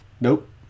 nope